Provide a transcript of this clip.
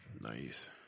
Nice